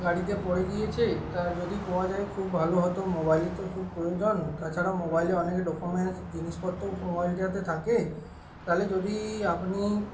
গাড়িতে পড়ে গিয়েছে তা যদি পওয়া যায় খুব ভালো হতো মোবাইলের তো খুব প্রয়োজন তাছাড়া মোবাইলে অনেকে ডকুমেন্টস জিনিসপত্রও যাতে থাকে তহলে যদি আপনি